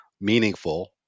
meaningful